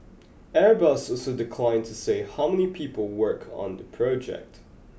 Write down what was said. airbus also declined to say how many people work on the project